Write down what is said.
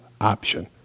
Option